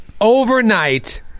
overnight